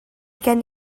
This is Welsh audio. gen